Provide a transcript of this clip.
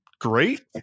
great